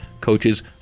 coaches